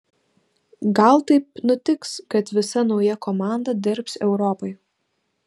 gal taip nutiks kad visa nauja komanda dirbs europai